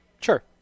Sure